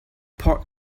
pork